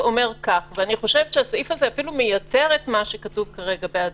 ואני חושבת שהסעיף הזה אפילו מייתר את מה שכתוב כרגע באדום,